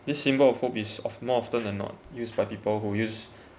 this symbol of hope is of more often than not used by people who use